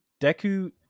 Deku